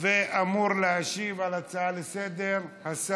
אמור להשיב על הצעה לסדר-היום,